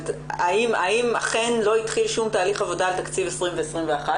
האם אכן לא התחיל שום תהליך עבודה על תקציב 2020 ו-2021,